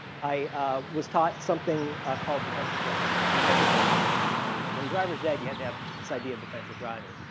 i was taught something called defensive driving, which i guess they're probably still teaching today. but in drivers ed, you have to have this idea of defensive driving,